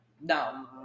No